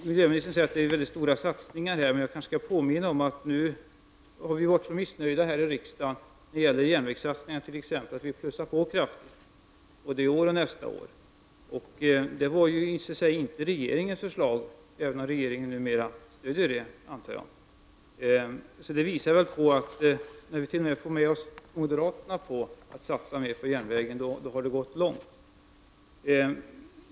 Miljöministern talar om stora satsningar. Men jag vill påminna om att vi här i riksdagen har varit mycket missnöjda med järnvägssatsningarna. Vi vill därför utöka dessa satsningar både i år och nästa år. Det var i och för sig inte regeringens förslag, även om jag antar att regeringen nu stöder det. När vi t.o.m. får med oss moderaterna då det gäller att satsa mer på järnvägen visar detta att det har gått långt.